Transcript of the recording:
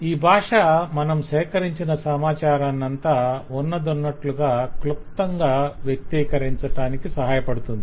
ఈ భాష మనం సేకరించిన సమాచారాన్నంతా ఉన్నదున్నట్లుగా క్లుప్తంగా వ్యక్తీకరించటానికి సహాయపడుతుంది